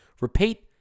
Repeat